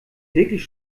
wirklich